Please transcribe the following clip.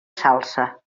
salsa